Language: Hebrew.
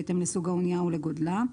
בהתאם לסוג האונייה ולגודלה.